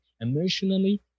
emotionally